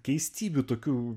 keistybių tokių